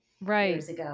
Right